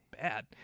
bad